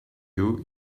you